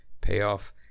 payoff